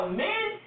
men